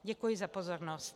Děkuji za pozornost.